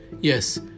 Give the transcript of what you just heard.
Yes